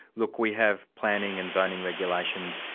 look, we have planning and zoning regulations,